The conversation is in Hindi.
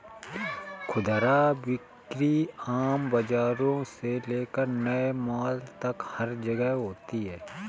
खुदरा बिक्री आम बाजारों से लेकर नए मॉल तक हर जगह होती है